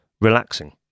relaxing